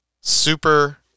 Super